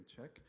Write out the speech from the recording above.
check